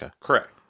Correct